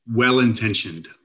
well-intentioned